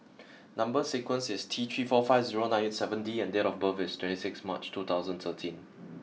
number sequence is T three four five zero nine eight seven D and date of birth is twenty six March two thousand thirteen